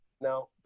Now